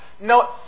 no